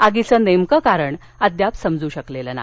आगीचं नेमकं कारण समजू शकलं नाही